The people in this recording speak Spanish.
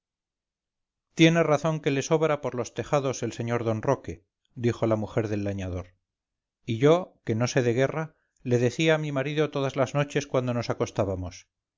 tiene razón que le sobra por los tejados el sr d roque dijo la mujer del lañador y yo que no sé de guerra le decía a mi marido todas las noches cuando nos